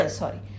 sorry